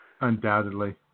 Undoubtedly